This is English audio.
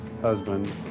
husband